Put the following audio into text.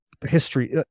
history